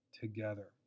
together